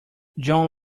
john